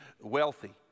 wealthy